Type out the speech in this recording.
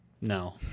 No